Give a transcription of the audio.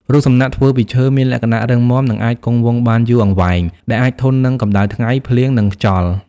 រូបសំណាកធ្វើពីឈើមានលក្ខណៈរឹងមាំ និងអាចគង់វង្សបានយូរអង្វែង ដែលអាចធន់នឹងកម្ដៅថ្ងៃ ភ្លៀង និងខ្យល់។